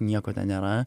nieko ten nėra